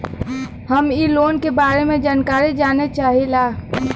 हम इ लोन के बारे मे जानकारी जाने चाहीला?